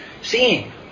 seeing